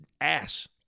ass